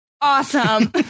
Awesome